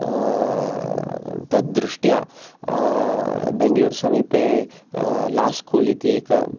तद् दृष्ट्या बेङ्गलुर् समीपे ला स्कुल् इति एकम्